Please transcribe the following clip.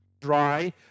dry